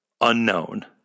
Unknown